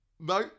No